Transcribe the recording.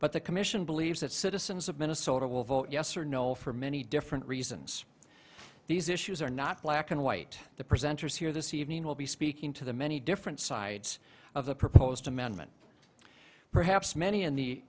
but the commission believes that citizens of minnesota will vote yes or no for many different reasons these issues are not black and white the presenters here this evening will be speaking to the many different sides of the proposed amendment perhaps many in the